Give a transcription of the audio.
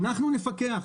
אנחנו נפקח.